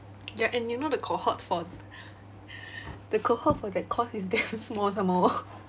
ya and you know the cohort for the cohort for their course is damn small some more